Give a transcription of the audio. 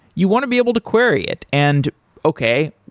you want to be able to query it. and okay,